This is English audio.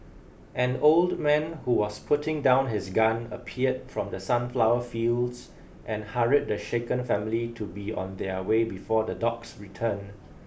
an old man who was putting down his gun appeared from the sunflower fields and hurried the shaken family to be on their way before the dogs return